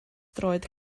droed